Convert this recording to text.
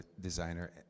designer